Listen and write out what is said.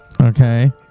okay